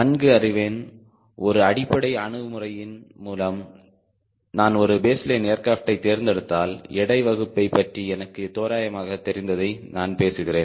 நன்கு அறிவேன் ஒரு அடிப்படை அணுகுமுறையின் மூலம் நான் ஒரு பேஸ்லைன் ஏர்கிராப்டை தேர்ந்தெடுத்தால் எடை வகுப்பைப் பற்றி எனக்கு தோராயமாக தெரிந்ததை நான் பேசுகிறேன்